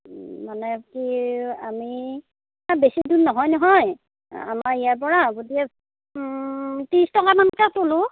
মানে কি আমি বেছি দূৰ নহয় নহয় আমাৰ ইয়াৰ পৰা গতিকে ত্ৰিছ টকা মানকৈ তুলোঁ